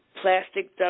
Plastic